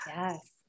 Yes